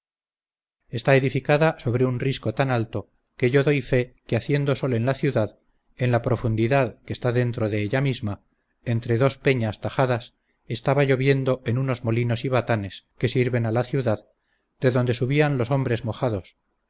está edificada sobre un risco tan alto que yo doy fe que haciendo sol en la ciudad en la profundidad que está dentro de ella misma entre dos peñas tajadas estaba lloviendo en unos molinos y batanes que sirven a la ciudad de donde subían los hombres mojados